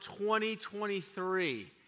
2023